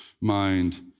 mind